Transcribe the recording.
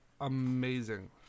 amazing